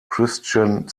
christian